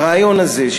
הרעיון הזה,